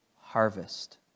harvest